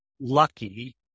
lucky